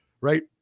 right